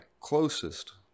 closest